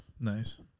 Nice